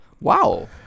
Wow